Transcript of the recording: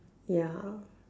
ya